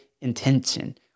intention